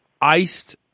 iced